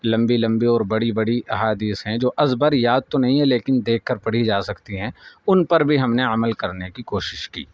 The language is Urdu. لمبی لمبی اور بڑی بڑی احادیث ہیں جو ازبر یاد تو نہیں ہیں لیکن دیکھ کر پڑھی جا سکتی ہیں ان پر بھی ہم نے عمل کرنے کی کوشش کی